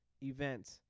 event